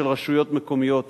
ושל רשויות מקומיות,